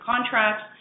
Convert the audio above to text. contracts